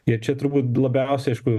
ir čia turbūt labiausiai aišku